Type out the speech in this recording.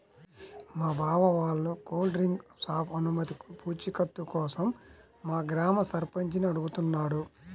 మా బావ వాళ్ళ కూల్ డ్రింక్ షాపు అనుమతి పూచీకత్తు కోసం మా గ్రామ సర్పంచిని అడుగుతున్నాడు